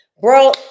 bro